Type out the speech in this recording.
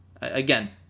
again